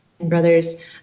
brothers